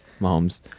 Mahomes